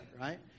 right